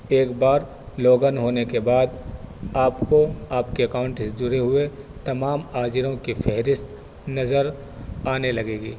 ایک بار لوگن ہونے کے بعد آپ کو آپ کے اکاؤنٹ جڑے ہوئے تمام آجروں کی فہرست نظر آنے لگے گی